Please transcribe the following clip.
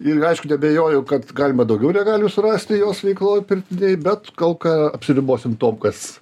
ir aišku neabejoju kad galima daugiau regalijų surasti jos veikloj pirtinėj bet kol ka apsiribosim tuom kas